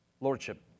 Lordship